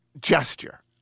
gesture